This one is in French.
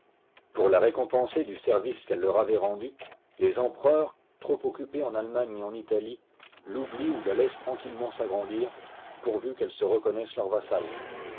pour la récompenser du service qu'elle leur avait rendu les empereurs trop occupés en allemagne et en italie l'oublient ou la laissent tranquillement s'agrandir pourvu qu'elle se reconnaisse leur vassale